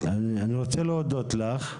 אני רוצה להודות לך.